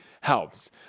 helps